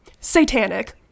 satanic